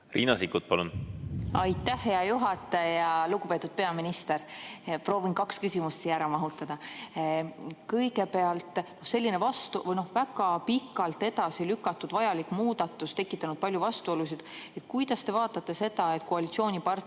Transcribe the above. elluviimiseks? Aitäh, hea juhataja! Lugupeetud peaminister! Proovin kaks küsimust ära mahutada. Kõigepealt: selline väga pikalt edasi lükatud vajalik muudatus on tekitanud palju vastuolusid. Kuidas te vaatate seda, et koalitsioonipartner